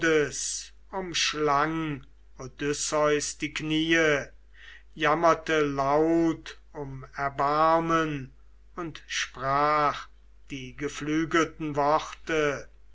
umschlang odysseus die kniee jammerte laut um erbarmen und sprach die geflügelten worte